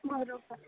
बरोबर